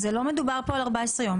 אז לא מדובר פה על 14 יום.